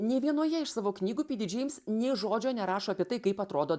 nei vienoje iš savo knygų py dy džeims nė žodžio nerašo apie tai kaip atrodo